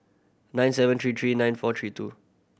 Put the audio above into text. nine seven three three nine five three two